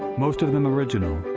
most of them original.